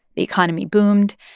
the economy boomed,